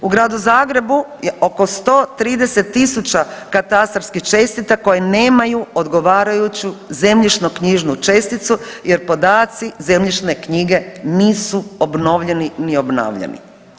U Gradu Zagrebu je oko 130.000 katastarskih čestica koje nemaju odgovarajuću zemljišnoknjižnu česticu jer podaci zemljišne knjige nisu obnovljeni ni obnavljani.